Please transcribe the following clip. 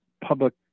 public